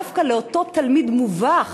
דווקא לאותו תלמיד מובך,